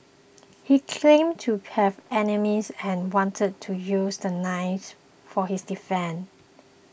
he claimed to have enemies and wanted to use the knives for his defence